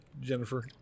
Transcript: jennifer